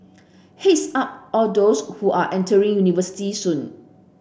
head's up all those who are entering university soon